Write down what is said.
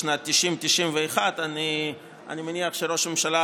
בשנים 1991-1990. אני מניח שראש הממשלה